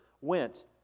went